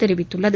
தெரிவித்துள்ளது